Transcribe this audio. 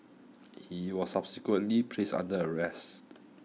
he was subsequently placed under arrest